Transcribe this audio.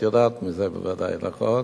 את יודעת את זה בוודאי, נכון?